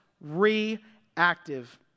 reactive